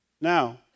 now